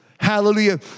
Hallelujah